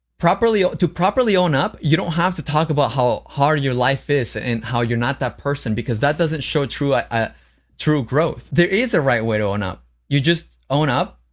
properly ah to properly own up, you don't have to talk about how hard your life is and how you're not that person because that doesn't show true ah true growth. there is a right way to own up you just own up,